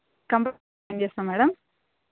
compulsory join చేస్తాం madam